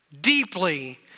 deeply